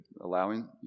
allowing